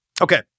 Okay